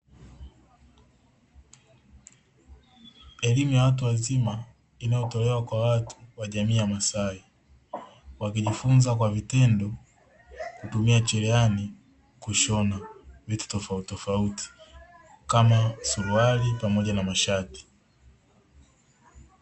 Elimu ya watu wazima inayotolewa kwa watu wa jamii ya masai, wakijifunza kwa vitendo kutumia cherehani kushona vitu tofautitofauti kama suruali pamoja na mashati.